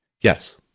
Yes